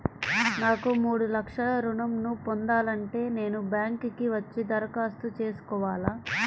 నాకు మూడు లక్షలు ఋణం ను పొందాలంటే నేను బ్యాంక్కి వచ్చి దరఖాస్తు చేసుకోవాలా?